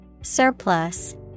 Surplus